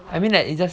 I mean like it's just